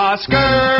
Oscar